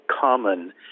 common